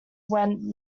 where